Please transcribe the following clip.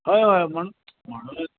होय होय म्हणून म्हणूनच